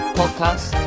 podcast